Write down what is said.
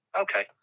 Okay